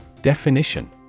Definition